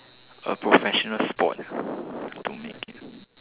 a professional sport